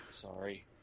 Sorry